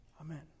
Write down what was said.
Amen